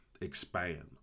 expand